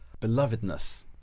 belovedness